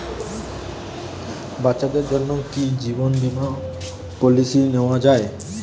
বাচ্চাদের জন্য কি জীবন বীমা পলিসি নেওয়া যায়?